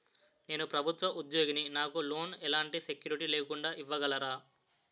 నేను ప్రభుత్వ ఉద్యోగిని, నాకు లోన్ ఎలాంటి సెక్యూరిటీ లేకుండా ఇవ్వగలరా?